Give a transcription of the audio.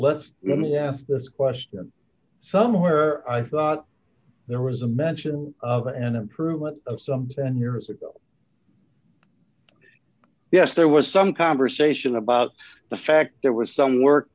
let's let me ask this question somewhere i thought there was a mention of an improvement of sums and years ago yes there was some conversation about the fact there was some work